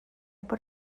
por